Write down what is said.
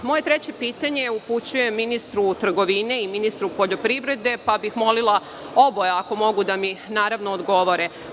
Moje treće pitanje upućujem ministru trgovine i ministru poljoprivrede, pa bih molila oboje ako mogu da mi odgovore.